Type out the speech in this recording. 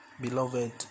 Beloved